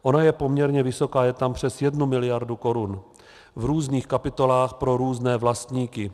Ona je poměrně vysoká, je tam přes jednu miliardu korun v různých kapitolách pro různé vlastníky.